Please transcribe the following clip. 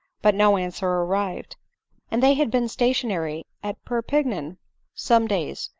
but no answer arrived and they had been stationary at perpignan some days,